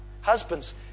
Husbands